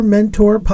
Mentor